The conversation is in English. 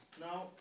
Now